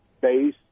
base